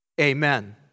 Amen